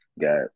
got